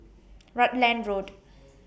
Rutland Road